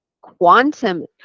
Quantum